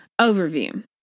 overview